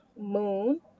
moon